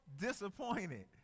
disappointed